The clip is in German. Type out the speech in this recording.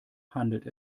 handelt